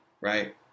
Right